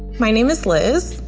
my name is lizz.